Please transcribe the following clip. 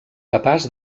capaç